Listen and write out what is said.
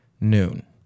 noon